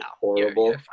horrible